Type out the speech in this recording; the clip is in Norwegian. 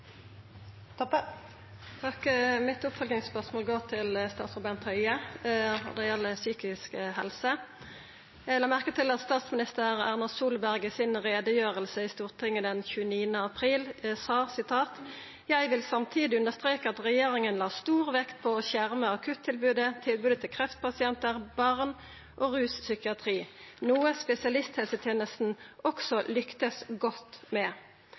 mitt går til statsråd Bent Høie – det gjeld psykisk helse. Eg la merke til at statsminister Erna Solberg i utgreiinga si i Stortinget den 26. april sa: «Jeg vil samtidig understreke at regjeringen la stor vekt på å skjerme akuttilbudet, tilbudet til kreftpasienter, barn og rus/psykiatri, noe spesialisthelsetjenesten også lyktes godt med.»